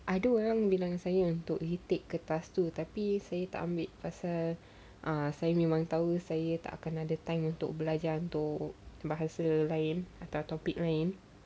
I do well bilang saya untuk retake kertas tu tapi saya tak bagi pasal uh saya memang tahu saya tak akan ada time untuk belajar untuk bahasa lain atau topic lain